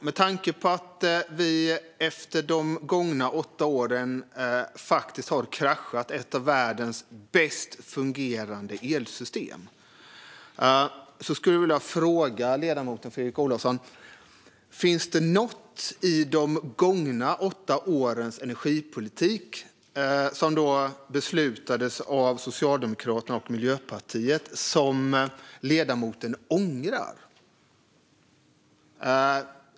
Med tanke på att vi efter de gångna åtta åren faktiskt har kraschat ett av världens bäst fungerande elsystem skulle jag vilja fråga ledamoten Fredrik Olovsson om det finns något i de gångna åtta årens energipolitik, som beslutades av Socialdemokraterna och Miljöpartiet, som ledamoten ångrar.